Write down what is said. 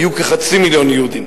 יהיו כחצי מיליון יהודים.